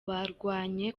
barwanye